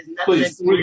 Please